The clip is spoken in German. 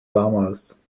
damals